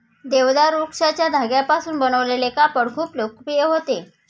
देवदार वृक्षाच्या धाग्यांपासून बनवलेले कापड खूप लोकप्रिय होते